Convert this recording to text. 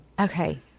Okay